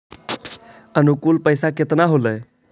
अनुकुल पैसा केतना होलय